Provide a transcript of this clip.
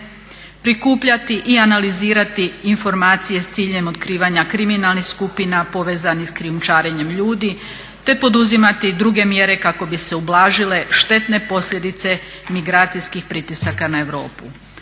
prikupljati i analizirati informacije s ciljem otkrivanja kriminalnih skupina povezanih sa krijumčarenjem ljudi te poduzimati druge mjere kako bi se ublažile štetne posljedice migracijskih pritisaka na Europu.